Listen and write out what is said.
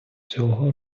цього